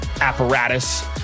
Apparatus